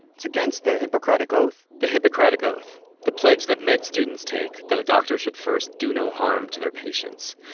it's against the hippocratic oath the hippocratic oath the pledge that med students take that a doctor should first do no harm to their patients.